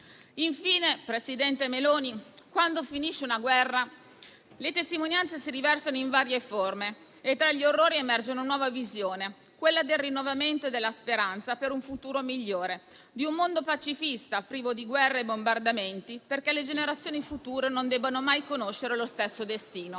Infine, presidente Meloni, quando finisce una guerra le testimonianze si riversano in varie forme e tra gli orrori emerge una nuova visione, quella del rinnovamento della speranza per un futuro migliore e di un mondo pacifista privo di guerre e bombardamenti, perché le generazioni future non debbano mai conoscere lo stesso destino.